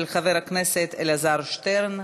של חבר הכנסת אלעזר שטרן.